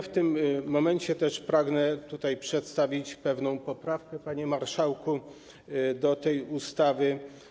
W tym momencie pragnę też przedstawić pewną poprawkę, panie marszałku, do tej ustawy.